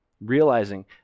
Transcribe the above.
realizing